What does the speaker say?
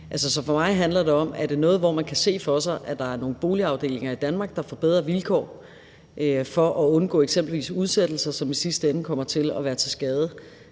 om, om det er noget, hvor man kan se for sig, at der er nogle boligafdelinger i Danmark, der får bedre vilkår for at undgå eksempelvis udsættelser, som i sidste ende kommer til at være til skade